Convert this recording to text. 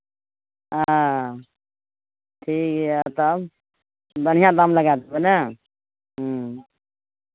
हँ ठीक यए तब बढ़िआँ दाम लगा देबै नहि ह्म्म